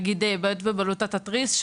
כמו למשל בעיות בבלוטת התריס,